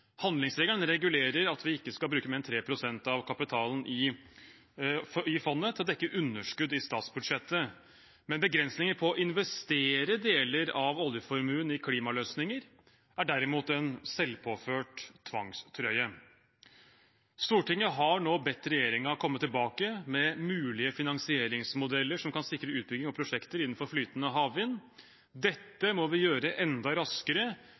Handlingsregelen regulerer at vi ikke skal bruke mer enn 3 pst. av kapitalen i fondet til å dekke underskudd i statsbudsjettet, men begrensninger på å investere deler av oljeformuen i klimaløsninger er derimot en selvpåført tvangstrøye. Stortinget har nå bedt regjeringen komme tilbake med mulige finansieringsmodeller som kan sikre utbygging av prosjekter innen flytende havvind. Dette må vi gjøre enda raskere